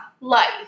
Life